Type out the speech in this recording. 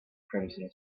crimson